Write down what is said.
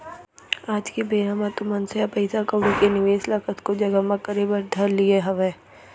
आज के बेरा म तो मनसे ह पइसा कउड़ी के निवेस ल कतको जघा म करे बर धर लिये हावय